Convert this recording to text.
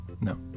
No